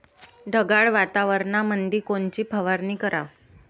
ढगाळ वातावरणामंदी कोनची फवारनी कराव?